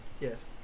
Yes